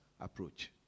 approach